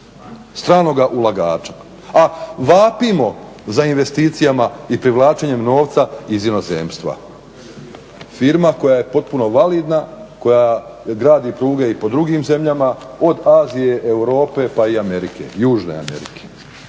stranoga ulagača. A vapimo za investicijama i privlačenjem novca iz inozemstva. Firma koja je potpuno validna, koja gradi pruge i po drugim zemljama od Azije, Europe, pa i Amerike, južne Amerike.